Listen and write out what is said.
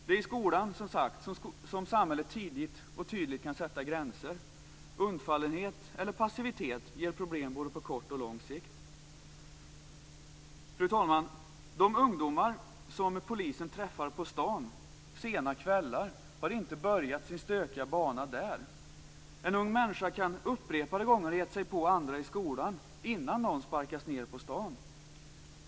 Det är som sagt i skolan som samhället tydligt kan sätta gränser. Undfallenhet eller passivitet ger problem både på kort och på lång sikt. Fru talman! De ungdomar som polisen träffar på stan sena kvällar har inte börjat sin stökiga bana där. En ung människa kan upprepade gånger ha gett sig på andra i skolan innan någon sparkas ned på stan.